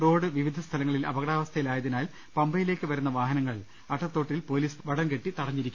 road ്വിവിധ സ്ഥലങ്ങളിൽ അപകടാവ സ്ഥയിൽ ആയതിനാൽ പമ്പയിലേക്ക് വരുന്ന വാഹന ങ്ങൾ അട്ടത്തോട്ടിൽ പൊലീസ് വടം കെട്ടി തടഞ്ഞിരിക്കുകയാണ്